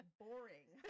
boring